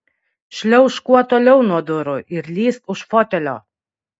šliaužk kuo toliau nuo durų ir lįsk už fotelio